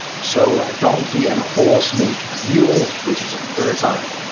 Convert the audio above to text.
so a donkey and a horse make a mule which is infertile.